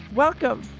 Welcome